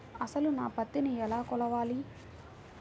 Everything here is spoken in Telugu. అసలు నా పత్తిని ఎలా కొలవాలి?